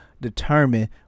determine